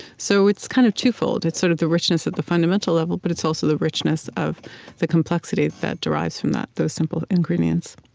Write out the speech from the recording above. so it's kind of twofold. it's sort of the richness at the fundamental level, but it's also the richness of the complexity that derives from that, those simple ingredients